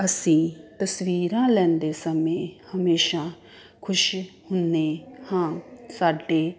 ਅਸੀਂ ਤਸਵੀਰਾਂ ਲੈਂਦੇ ਸਮੇਂ ਹਮੇਸ਼ਾ ਖੁਸ਼ ਹੁੰਦੇ ਹਾਂ ਸਾਡੇ